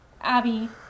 Abby